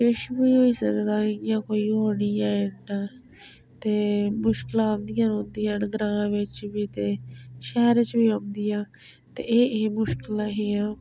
किश बी होई सकदा इ'यां कोई होनी ऐ ते मुश्कलां औंदियां रौंह्दियां न ग्रांऽ बिच्च बी ते शैह्रें च बी औंदियां ते एह् ई मुश्कलां ऐ हियां